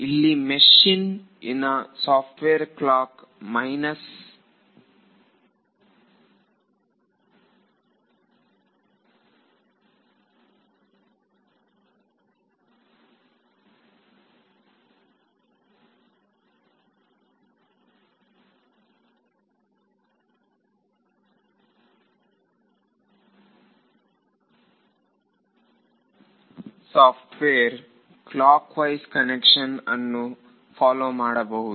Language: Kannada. ಇಲ್ಲಿ ಮೆಷಿನ್ ಇನ ಸಾಫ್ಟ್ವೇರ್ ಕ್ಲಾಕ್ ವೈಸ್ ಕನ್ವೆನ್ಷನ್ ಅನ್ನು ಫಾಲೋ ಮಾಡಬಹುದು